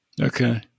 Okay